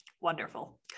Wonderful